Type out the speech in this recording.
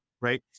right